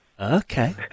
Okay